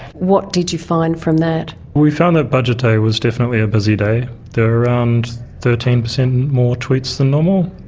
what did you find from that? we found that budget day was definitely a busy day. there were around thirteen percent more tweets than normal.